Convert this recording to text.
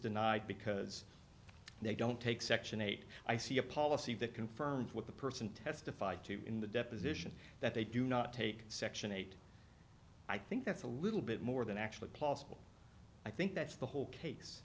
denied because they don't take section eight i see a policy that confirms what the person testified to in the deposition that they do not take section eight i think that's a little bit more than actually possible i think that's the whole case